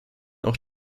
auch